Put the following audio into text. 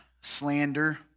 slander